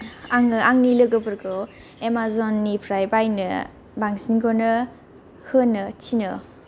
आङो आंनि लोगोफोरखौ एमाजननिफ्राय बायनो बांसिनखौनो होनो थिनो